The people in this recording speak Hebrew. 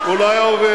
הוא לא היה עובר.